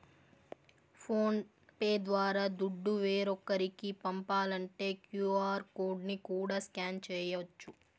phone pay ద్వారా దుడ్డు వేరోకరికి పంపాలంటే క్యూ.ఆర్ కోడ్ ని కూడా స్కాన్ చేయచ్చు